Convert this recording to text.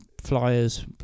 flyers